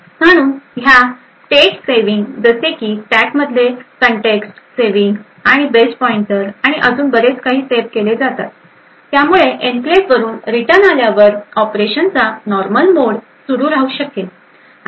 म्हणून ह्या state saving जसे की स्टॅक मधले कॉन्टॅक्ट सेविंग आणि बेस पॉईंटर आणि अजून बरेच सेव केले जातात त्यामुळे एन्क्लेव वरून रिटर्न आल्यावर ऑपरेशनचा नॉर्मल मोड सुरू राहू शकेल